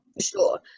Sure